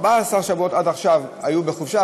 14 שבועות עד עכשיו היו בחופשה,